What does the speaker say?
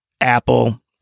Apple